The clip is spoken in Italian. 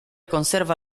conserva